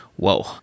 Whoa